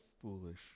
foolish